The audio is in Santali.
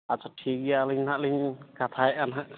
ᱟᱪᱪᱷᱟ ᱴᱷᱤᱠ ᱜᱮᱭᱟ ᱟᱹᱞᱤᱧᱦᱟᱜᱞᱤᱧ ᱠᱟᱛᱷᱟᱭᱮᱫᱼᱟ ᱱᱟᱦᱟᱜ